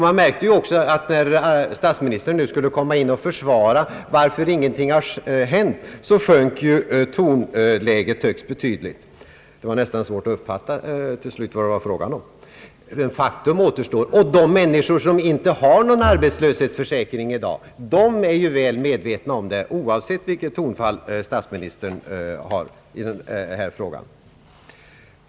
Man märkte också att när stats ministern nu skulle komma in och försvara varför ingenting hänt, så sjönk tonläget högst betydligt. Det var nästan svårt att till slut uppfatta vad det var fråga om. Faktum kvarstår att de människor som inte har någon arbetslöshetsförsäkring i dag är väl medvetna om det, oavsett vilket tonfall statsministern har i denna fråga.